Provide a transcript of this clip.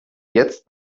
jetzt